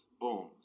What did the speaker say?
Boom